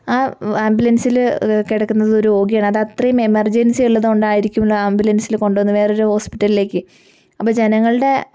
ആ ആംബുലൻസില് കിടക്കുന്നത് ഒരു രോഗിയാണ് അതത്രയും എമർജൻസി ഉള്ളതുകൊണ്ടായിരിക്കുമല്ലോ ആംബുലൻസില് കൊണ്ട് പോകുന്നത് വേറൊരു ഹോസ്പിറ്റലിലേക്ക് അപ്പം ജനങ്ങളുടെ